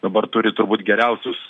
dabar turi turbūt geriausius